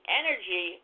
energy